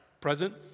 present